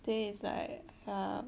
then is like !huh!